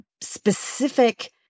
specific